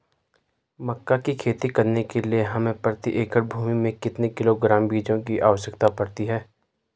मक्का की खेती करने के लिए हमें प्रति एकड़ भूमि में कितने किलोग्राम बीजों की आवश्यकता पड़ती है?